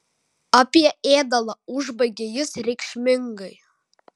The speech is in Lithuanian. apie ėdalą užbaigė jis reikšmingai